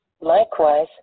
Likewise